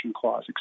Clause